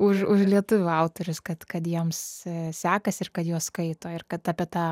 už už lietuvių autorius kad kad jiems sekasi ir kad juos skaito ir kad apie tą